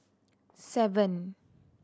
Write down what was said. seven